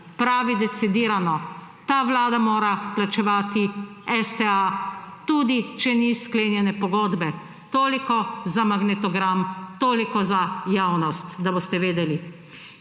pravi, decidirano: ta vlada mora plačevati STA tudi, če ni sklenjene pogodbe. Toliko za magnetogram, toliko za javnost, da boste vedeli.